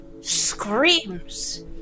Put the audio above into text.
screams